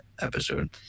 episode